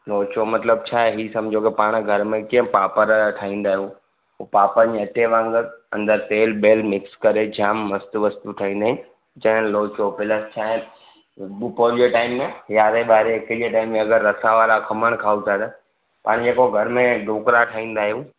लोचो मतिलबु छा आहे इहे सभु सम्झो की पाण घर में कीअं पापड़ ठाहींदा आहियूं उहो पापड़ जे अटे वांगुरु अंदरु तेल वेल मिक्स करे जाम मस्तु वस्त ठहंदा आहिनि जैन लोचो प्लस छा आहे बुपोल जे टाइम में यारे ॿारे हिक जे टाइम अगरि रसा वारा खमण खाऊं था त पंहिंजे पोइ घर में ठाहींदा ढोकरा आहियूं